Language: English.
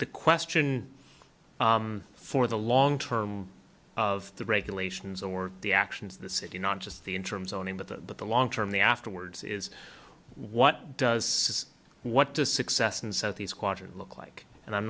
question for the long term of the regulations or the actions of the city not just the interim zoning but the but the long term the afterwards is what does what does success in southeast quadrant look like and i'm